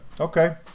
Okay